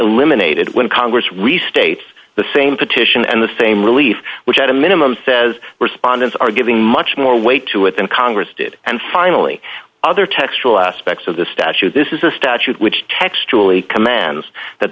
eliminated when congress restates the same petition and the same relief which at a minimum says respondents are giving much more weight to it than congress did and finally other textural aspects of the statute this is a statute which textually commands that